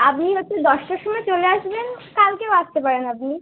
আপনি হচ্ছে দশটার সময় চলে আসবেন কালকেও আসতে পারেন আপনি